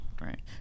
right